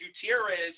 Gutierrez